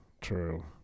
True